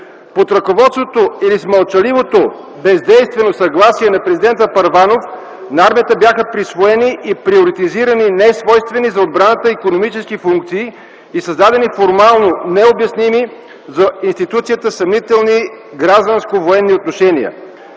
Под ръководството или с мълчаливото бездействено съгласие на президента Първанов на армията бяха присвоени и приоритизирани несвойствени за отбраната икономически функции и създадени формално необясними за институцията съмнителни гражданско-военни отношения.